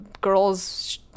girls